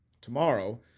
Tomorrow